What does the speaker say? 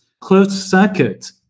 closed-circuit